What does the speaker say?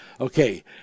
Okay